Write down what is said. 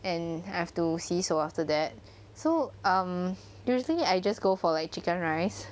and I have to 洗手 after that so um usually I just go for like chicken rice